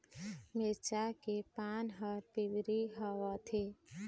मिरचा के पान हर पिवरी होवथे?